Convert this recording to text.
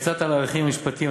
קצת על ההליכים המשפטיים,